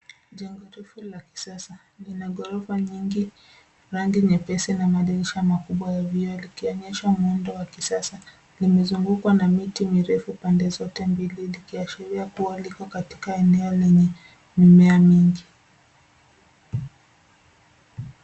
Jengo refu la kisasa, lina ghorofa nyingi, rangi nyepesi na madirisha makubwa ya vioo likionyesha muundo wa kisasa. Limezungukwa na miti mirefu pande zote mbili likiashiria kuwa liko katika eneo lenye mimea mingi.